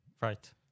Right